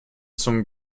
zum